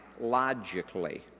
logically